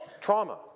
trauma